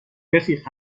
رفیق